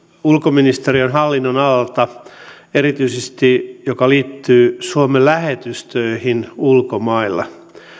ulkoministeriön hallinnonalalta erityisesti joka liittyy suomen lähetystöihin ulkomailla